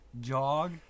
jog